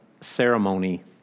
ceremony